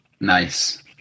Nice